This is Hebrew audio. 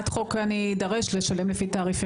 אין להם עניין